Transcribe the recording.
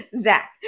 zach